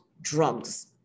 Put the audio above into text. drugs